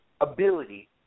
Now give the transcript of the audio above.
ability